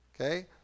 Okay